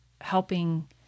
helping